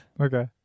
Okay